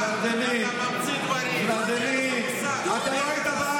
מילה אחת של אמת אתה לא אומר.